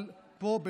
אבל פה,